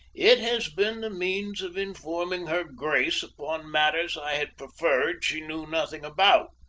it has been the means of informing her grace upon matters i had preferred she knew nothing about,